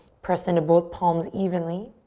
press in to both palms evenly.